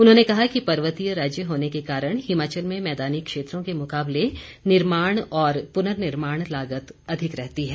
उन्होंने कहा कि पर्वतीय राज्य होने के कारण हिमाचल में मैदानी क्षेत्रों के मुकाबले निर्माण और पुर्ननिर्माण लागत अधिक रहती है